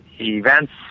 events